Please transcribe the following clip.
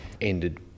ended